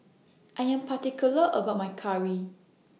I Am particular about My Curry